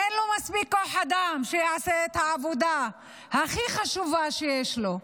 אין לו מספיק כוח אדם שיעשה את העבודה הכי חשובה שיש לו,